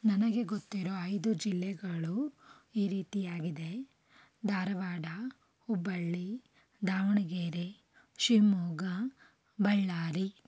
ನನಗೆ ಗೂತ್ತಿರೋ ಐದು ಜಿಲ್ಲೆಗಳು ಈ ರೀತಿಯಾಗಿದೆ ಧಾರವಾಡ ಹುಬ್ಬಳ್ಳಿ ದಾವಣಗೆರೆ ಶಿವಮೊಗ್ಗ ಬಳ್ಳಾರಿ